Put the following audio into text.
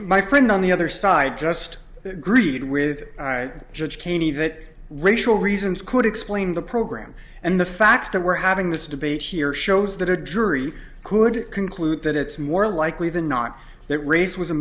my friend on the other side just greeted with i judge caney that racial reasons could explain the program and the fact that we're having this debate here shows that a jury could conclude that it's more likely than not that race was a